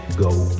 go